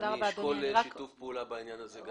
אשקול שיתוף פעולה בעניין הזה.